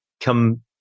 come